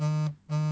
(uh huh)